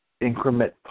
increment